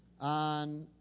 on